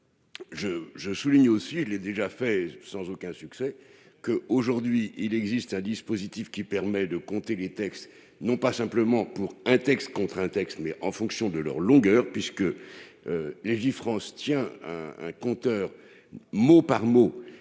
je souligne aussi les déjà fait sans aucun succès que aujourd'hui il existe un dispositif qui permet de compter les textes non pas simplement pour un texte contre un texte, mais en fonction de leur longueur puisque Legifrance tient un compteur, mot par mot